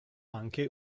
anche